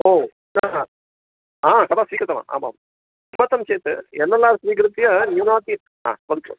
ओ तदा कदा स्वीकृतवान् आमां किमर्थं चेत् एल् एल् आर् स्वीकृत्य न्यूनाति